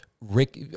Rick